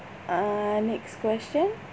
uh next question